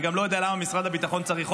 אני גם לא יודע למה משרד הביטחון צריך חודש,